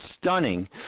stunning